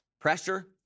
Pressure